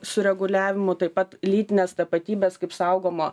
sureguliavimų taip pat lytinės tapatybės kaip saugomo